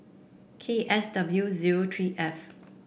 K S W zero three F